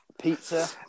Pizza